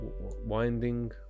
winding